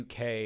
UK